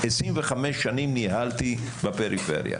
25 שנים ניהלתי בפריפריה,